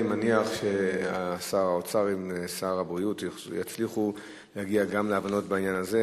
אני מניח ששר האוצר ושר הבריאות יצליחו להגיע גם להבנות בעניין הזה.